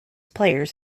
players